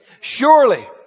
surely